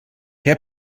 herr